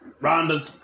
Ronda